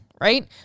right